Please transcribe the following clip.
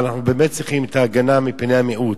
ואנחנו באמת צריכים את ההגנה מפני המיעוט.